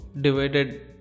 divided